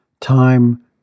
time